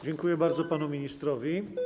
Dziękuję bardzo panu ministrowi.